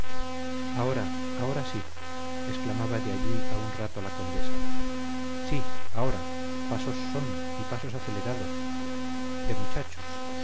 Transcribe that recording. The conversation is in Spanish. ahora ahora sí exclamaba de allí a un rato la condesa sí ahora pasos son y pasos acelerados de muchacho